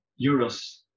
euros